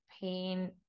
pain